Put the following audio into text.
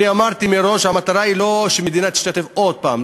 אני אמרתי מראש: המטרה אינה שהמדינה תשתתף עוד הפעם,